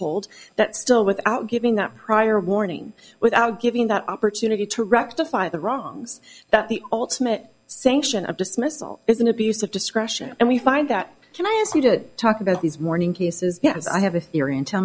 hold that still without giving that prior warning without giving that opportunity to rectify the wrongs that the ultimate sanction of dismissal is an abuse of discretion and we find that can i ask you to talk about these morning cases yes i have a theory and tell